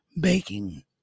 baking